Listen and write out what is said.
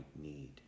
need